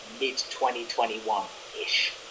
mid-2021-ish